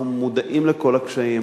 אנחנו מודעים לכל הקשיים,